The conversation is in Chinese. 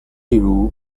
例如